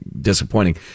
disappointing